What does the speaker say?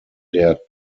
der